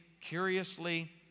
curiously